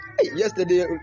Yesterday